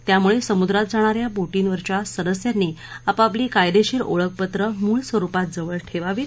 त्यामुळे समुद्रात जाणाऱ्या बोटींवच्या सदस्यांनी आपापली कायदेशीर ओळखपत्रं मूळ स्वरुपात जवळ ठेवावीत